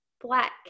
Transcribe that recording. black